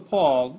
Paul